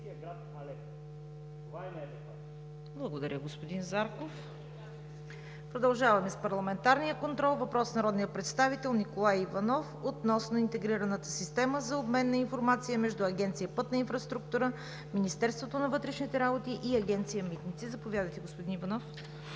Благодаря, господин Зарков. Продължаваме с парламентарния контрол. Въпрос от народния представител Николай Иванов относно интегрираната система за обмен на информация между Агенция „Пътна инфраструктура“, Министерството на вътрешните работи и Агенция „Митници“. Заповядайте, господин Иванов.